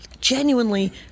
genuinely